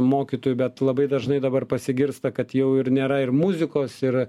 mokytojų bet labai dažnai dabar pasigirsta kad jau ir nėra ir muzikos ir